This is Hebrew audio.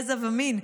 גזע ומין,